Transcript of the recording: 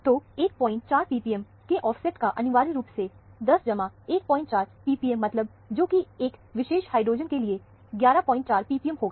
तो 14 ppm के offset का अनिवार्य रूप 10 जमा 14 ppm मतलब है जो कि एक विशेष हाइड्रोजन के लिए 114 ppm होगा